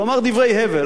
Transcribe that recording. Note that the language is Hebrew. הוא אמר דברי הבל,